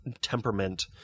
temperament